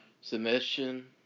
submission